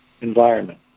environment